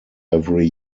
every